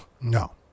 No